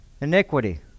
Iniquity